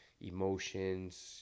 emotions